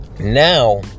now